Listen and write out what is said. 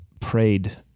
prayed